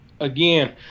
again